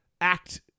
act